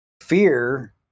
fear